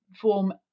form